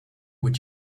would